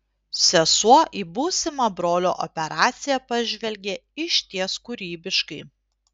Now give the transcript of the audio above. sesuo į būsimą brolio operaciją pažvelgė išties kūrybiškai